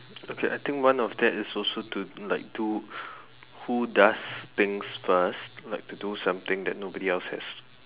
okay I think one of that is also to like do who does things first like to do something that nobody else has